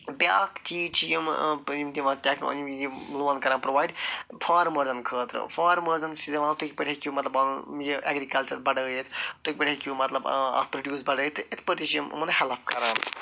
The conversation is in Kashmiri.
بیٛاکھ چیٖز چھِ یِم یِم دِوان ٹیک یِم لون کَران پرٛووایڈ فارمرن خٲطرٕ فارمٲرزن چھِ دِوان تُہۍ کِتھٕ پٲٹھۍ ہٮ۪کِو پنُن یہِ ایگریکلچر بڈٲوِتھ تُہۍ کِتھٕ پٲٹھۍ ہٮ۪کِو مطلب اَتھ پرٛیوڈوس بڈٲوِتھ تہٕ یِتھٕ پٲٹھۍ تہِ چھِ یِم یِمن ہیٚلپ کَران